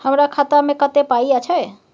हमरा खाता में कत्ते पाई अएछ?